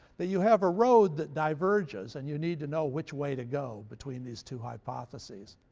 that you have a road that diverges and you need to know which way to go between these two hypotheses.